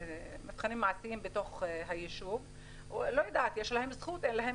ובשלב מסוים להוריד --- יש לי שתי שאלות קצרות: אדוני היושב-ראש,